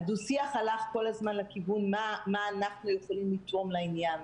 הדו-שיח הלך כל הזמן לכיוון של מה אנחנו יכולים לתרום לעניין.